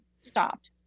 stopped